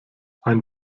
ein